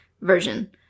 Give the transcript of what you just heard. version